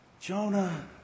Jonah